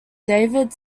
david